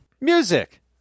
Music